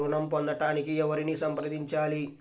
ఋణం పొందటానికి ఎవరిని సంప్రదించాలి?